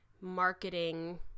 marketing